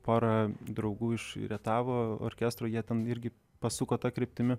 pora draugų iš rietavo orkestro jie ten irgi pasuko ta kryptimi